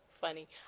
funny